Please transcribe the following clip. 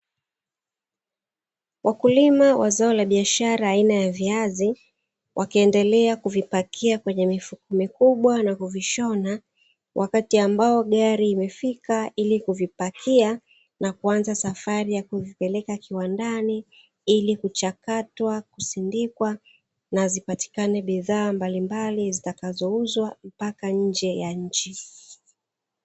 Wakulima wa zao la biashara aina ya viazi, wakiendelea kuvipakia kwenye mifuko mikubwa na kuvishona, wakati ambao gari imefika ili kuvipakia na kuanza safari ya kuvipeleka kiwandani, ili kuchakatwa, kusindikwa na zipatikane bidhaa mbalimbali zitakazouzwa mpaka nje ya nchi.